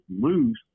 loose